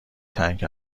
تنگ